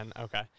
Okay